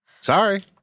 Sorry